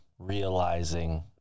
realizing